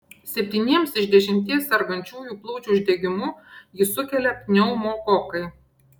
septyniems iš dešimties sergančiųjų plaučių uždegimu jį sukelia pneumokokai